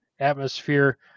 atmosphere